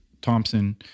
Thompson